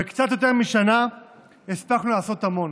בקצת יותר משנה הספקנו לעשות המון.